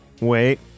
Wait